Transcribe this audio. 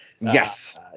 Yes